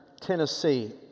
Tennessee